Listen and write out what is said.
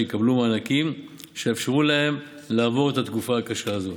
שיקבלו מענקים שיאפשרו להם לעבור את התקופה הקשה הזאת.